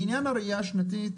לעניין הראייה השנתית,